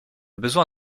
besoin